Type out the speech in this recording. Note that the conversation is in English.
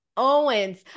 Owens